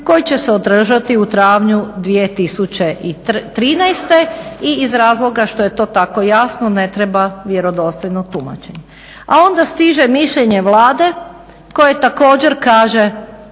koji će se održati u travnju 2013. I iz razloga što je to tako jasno ne treba vjerodostojno tumačenje. A onda stiže mišljenje Vlade koje također kaže